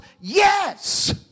yes